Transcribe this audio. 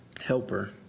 helper